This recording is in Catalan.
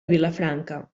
vilafranca